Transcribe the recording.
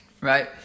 right